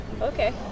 Okay